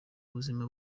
ubuzima